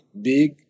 big